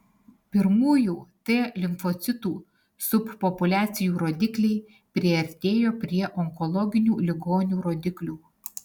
pirmųjų t limfocitų subpopuliacijų rodikliai priartėjo prie onkologinių ligonių rodiklių